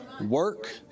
work